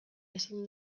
ezin